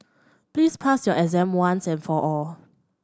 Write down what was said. please pass your exam once and for all